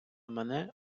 мене